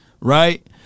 right